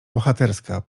bohaterska